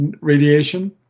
radiation